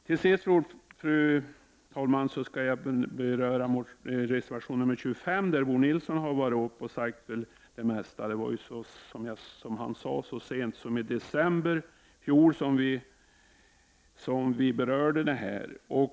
Jag skall slutligen, fru talman, beröra reservation 25, som Bo Nilsson redan har sagt det mesta om. Som han tidigare sade var det så sent som i december i fjol som vi berörde den här frågan.